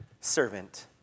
servant